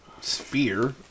sphere